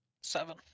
Seven